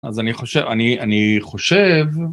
אז אני חושב, אני חושב...